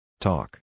Talk